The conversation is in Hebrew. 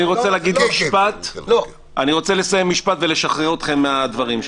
אני רוצה לומר משפט סיום ולשחרר אתכם מהדברים שלי.